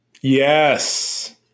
Yes